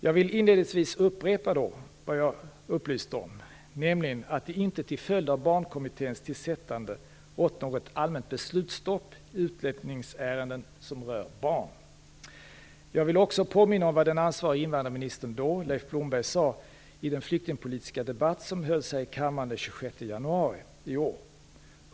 Jag vill inledningsvis upprepa vad jag då upplyste om, nämligen att det inte till följd av Barnkommitténs tillsättande rått något allmänt beslutsstopp i utlänningsärenden som rör barn. Jag vill också påminna om vad den då ansvarige invandrarministern, Leif Blomberg, sade i den flyktingpolitiska debatt som hölls här i kammaren den 26 januari i år.